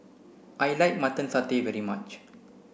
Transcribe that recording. I like mutton satay very much